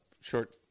short